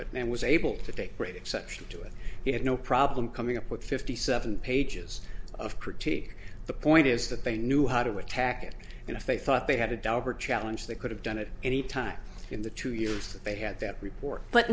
take great exception to it he had no problem coming up with fifty seven pages of critique the point is that they knew how to attack it and if they thought they had a dog or challenge they could have done it any time in the two years that they had that report but